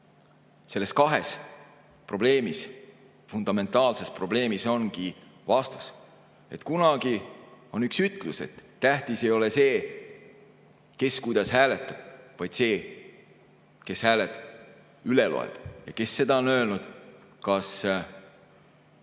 nendes kahes probleemis, fundamentaalses probleemis ongi vastus. On üks ütlus, et tähtis ei ole see, kes kuidas hääletab, vaid see, kes hääled üle loeb. Ja kes seda on öelnud? Winston